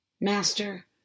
Master